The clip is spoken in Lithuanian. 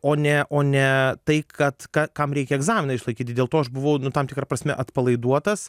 o ne o ne tai kad ka kam reikia egzaminą išlaikyti dėl to aš buvau tam tikra prasme atpalaiduotas